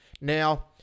Now